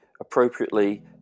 appropriately